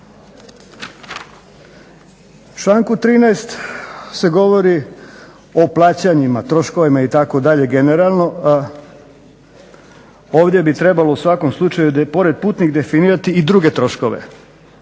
članku 13. se govori o plaćanjima, troškovima itd. generalno. Ovdje bi trebalo u svakom slučaju pored putnih definirati i druge troškove